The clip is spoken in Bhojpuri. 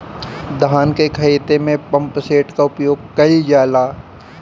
धान के ख़हेते में पम्पसेट का उपयोग कइल जाला?